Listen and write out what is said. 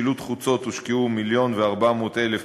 בשילוט חוצות הושקעו 1.4 מיליון,